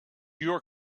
your